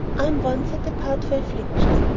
i am one set apart for afflictions,